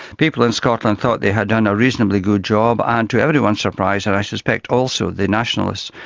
people in scotland thought they had done a reasonably good job, and to everyone's surprise and i suspect also the nationalists,